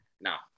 Now